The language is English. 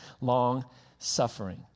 Long-suffering